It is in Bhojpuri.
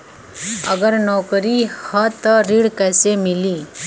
अगर नौकरी ह त ऋण कैसे मिली?